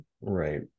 Right